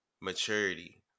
maturity